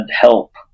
help